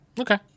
Okay